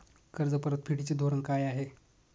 कर्ज परतफेडीचे धोरण काय आहे?